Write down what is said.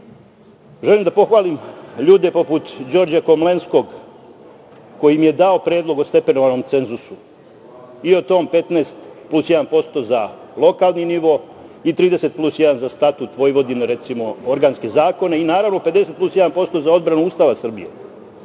da pohvalim ljude poput Đorđa Komlenskog, koji mi je dao predlog o stepenovanom cenzusu i o tom 15 plus jedan posto za lokalni nivo i 30 plus jedan za statut Vojvodine, recimo, organske zakone i, naravno, 50 plus jedan posto za odbranu Ustava Srbije. Želim